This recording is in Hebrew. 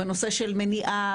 בנושא של מניעה,